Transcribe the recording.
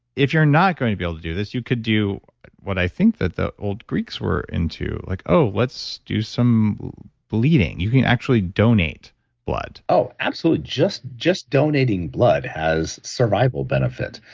if you're not going to be able to do this, you could do what i think that the old greeks were into like, oh, let's do some bleeding. you can actually donate blood oh, absolutely. just just donating blood has survival benefit.